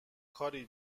کاری